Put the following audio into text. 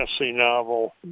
novel